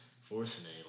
forcing